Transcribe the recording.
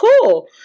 cool